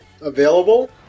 available